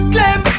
Claim